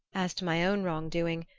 as to my own wrongdoing,